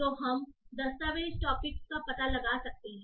तो हम दस्तावेज़ टॉपिकस का पता लगा सकते हैं